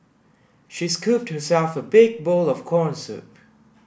she scooped herself a big bowl of corn soup